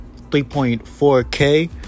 3.4K